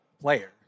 player